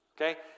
Okay